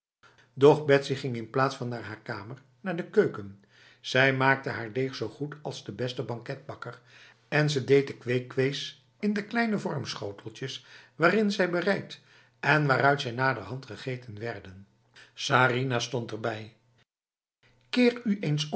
doch betsy ging in plaats van naar haar kamer naar de keuken zij maakte haar deeg zo goed als de beste banketbakker en ze deed de kwee kwees in de kleine vormschoteltjes waarin zij bereid en waaruit ze naderhand gegeten werden sarinah stond erbij keer